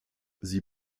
sie